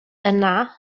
yna